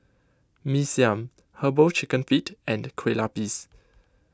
Mee Siam Herbal Chicken Feet and Kueh Lupis